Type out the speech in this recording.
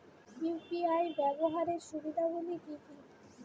UPI ব্যাবহার সুবিধাগুলি কি কি?